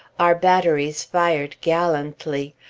our batteries fired gallantly.